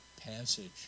passage